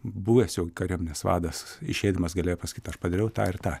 buvęs jau kariuomenės vadas išeidamas galėjo pasakyt aš padariau tą ir tą